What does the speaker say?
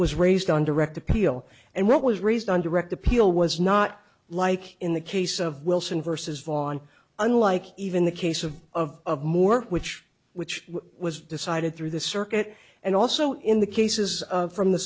was raised on direct appeal and what was raised on direct appeal was not like in the case of wilson versus vaughn unlike even the case of of more which which was decided through the circuit and also in the cases from the